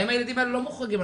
הילדים האלה לא מוחרגים.